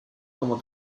como